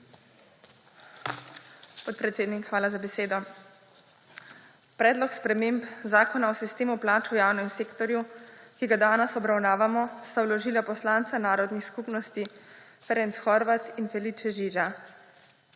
Podpredsednik, hvala za besedo. Predlog sprememb Zakona o sistemu plač v javnem sektorju, ki ga danes obravnavamo, sta vložila poslanca narodnih skupnosti Ferenc Horváth in Felice Žiža.